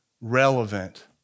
relevant